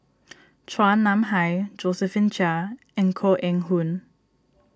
Chua Nam Hai Josephine Chia and Koh Eng Hoon